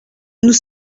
nous